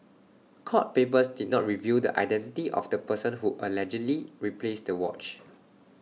court papers did not reveal the identity of the person who allegedly replaced the watch